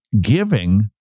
giving